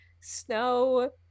Snow